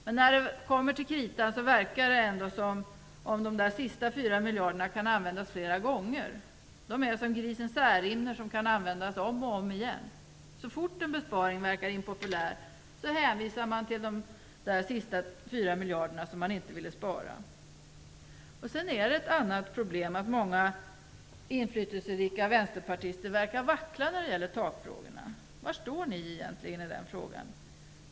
Men när det kommer till kritan verkar det ändå som att de sista 4 miljarderna kan användas flera gånger. De är som grisen Särimner som kan ätas upp om och om igen. Så fort en besparing är impopulär hänvisar man till de sista 4 miljarderna som man inte ville spara. Sedan är det ett annat problem, och det är att många inflytelserika vänsterpartister verkar vackla när det gäller takfrågorna. Var står ni egentligen i den frågan?